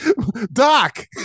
Doc